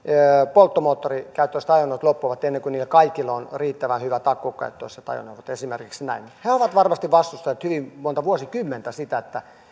polttomoottorikäyttöiset ajoneuvot loppuvat ennen kuin kaikilla on riittävän hyvät akkukäyttöiset ajoneuvot esimerkiksi näin he ovat varmasti vastustaneet hyvin monta vuosikymmentä sitä että